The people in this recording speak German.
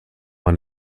man